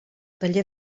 taller